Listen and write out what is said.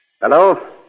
Hello